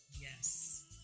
Yes